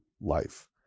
life